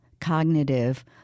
cognitive